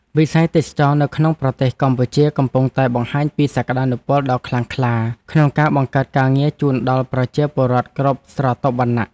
វិស័យទេសចរណ៍នៅក្នុងប្រទេសកម្ពុជាកំពុងតែបង្ហាញពីសក្តានុពលដ៏ខ្លាំងក្លាក្នុងការបង្កើតការងារជូនដល់ប្រជាពលរដ្ឋគ្រប់ស្រទាប់វណ្ណៈ។